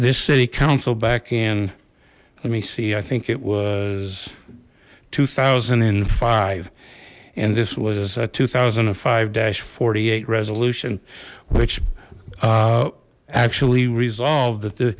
this city council back in let me see i think it was two thousand and five and this was a two thousand and five forty eight resolution which actually resolved that the